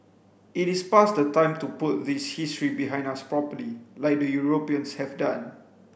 it is past the time to put this history behind us properly like the Europeans have done